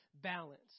balance